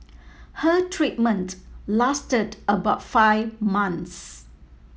her treatment lasted about five months